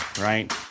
right